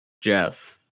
Jeff